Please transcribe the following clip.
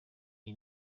iyi